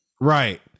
Right